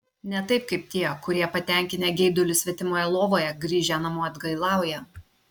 ne taip kaip tie kurie patenkinę geidulius svetimoje lovoje grįžę namo atgailauja